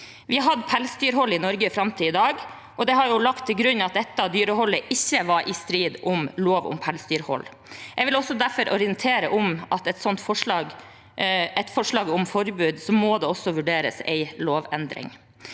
Vi har hatt pelsdyrhold i Norge fram til i dag, og det har ligget til grunn at dette dyreholdet ikke var i strid med lov om pelsdyrhold. Jeg vil derfor orientere om at ved et forslag om forbud må det også vurderes en lovendring.